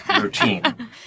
routine